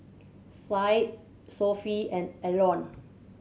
Said Sofea and Aaron